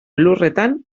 lurretan